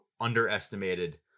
underestimated